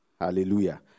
Hallelujah